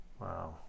Wow